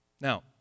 Now